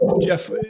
Jeff